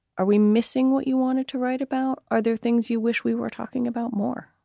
are we missing what you wanted to write about? are there things you wish we were talking about more?